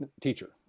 teacher